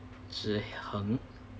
zhi heng